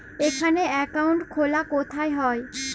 এখানে অ্যাকাউন্ট খোলা কোথায় হয়?